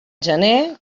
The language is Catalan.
gener